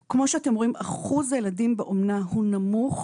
אחוז הילדים באומנה הוא נמוך,